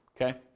Okay